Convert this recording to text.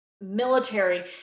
military